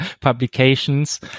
publications